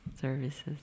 services